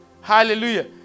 Hallelujah